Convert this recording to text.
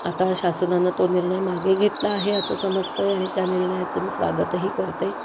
आता शासनानं तो निर्णय मागे घेतला आहे असं समजतं आहे आणि त्या निर्णयाचं मी स्वागतही करते